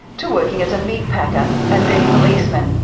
to working as a meat packer and then policeman,